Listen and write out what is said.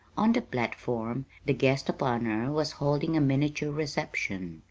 on the platform the guest of honor was holding a miniature reception.